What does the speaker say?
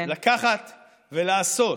לקחת ולעשות,